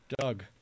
Doug